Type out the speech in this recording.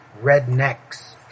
Rednecks